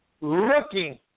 looking